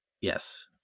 yes